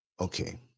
Okay